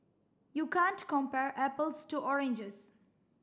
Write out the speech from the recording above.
you can't compare apples to oranges